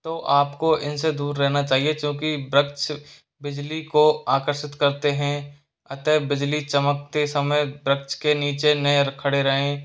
तो आपको इनसे दूर रहना चाहिए चूँकि वृक्ष बिजली को आकर्षित करते हैं अतः बिजली चमकते समय वृक्ष के नीचे ना खड़े रहें